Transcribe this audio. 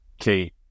Kate